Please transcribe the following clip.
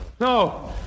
No